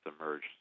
emerged